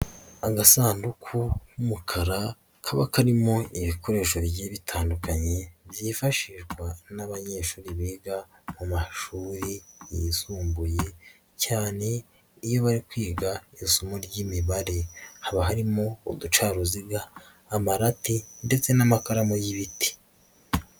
Agasanduku k'umukara kaba karimo ibikoresho bigiye bitandukanye, byifashishwa n'abanyeshuri biga mu mashuri yisumbuye ,cyane iyo bari kwiga isomo ry'imibare. Haba harimo uducaruziga, amarati ,ndetse n'amakaramu y'ibiti.